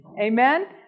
Amen